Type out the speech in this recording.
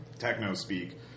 techno-speak